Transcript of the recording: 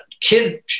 kid